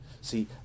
See